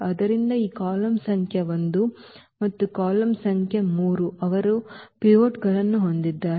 ಆದ್ದರಿಂದ ಈ ಕಾಲಮ್ ಸಂಖ್ಯೆ 1 ಮತ್ತು ಕಾಲಮ್ ಸಂಖ್ಯೆ 3 ಅವರು ಪಿವೋಟ್ಗಳನ್ನು ಹೊಂದಿದ್ದಾರೆ